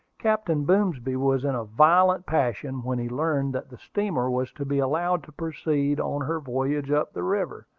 captain boomsby was in a violent passion when he learned that the steamer was to be allowed to proceed on her voyage up the river.